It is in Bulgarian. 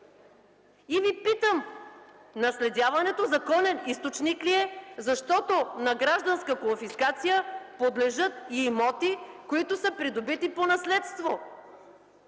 Питам Ви: наследяването законен източник ли е? Защото на гражданска конфискация подлежат и имоти, които са придобити по наследство.